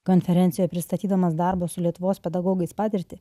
konferencijoj pristatydamas darbo su lietuvos pedagogais patirtį